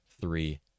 three